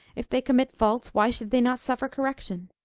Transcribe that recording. if they commit faults, why should they not suffer correction?